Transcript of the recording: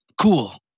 Cool